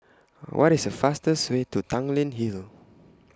What IS The fastest Way to Tanglin Hill